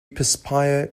perspire